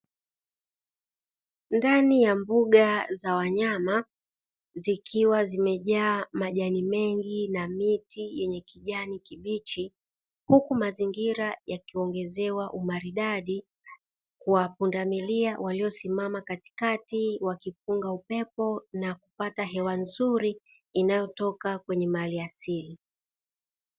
Ndani ya mbuga za wanyama zikiwa zimejaa majani mengi na miti yenye kijani kibichi huku mazingira yakiongezewa umaridadi kwa pundamilia, waliosimama katikati wakipunga upepo na kupata hewa nzuri inayotoka kwenye maliasili.